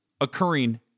occurring